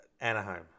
Anaheim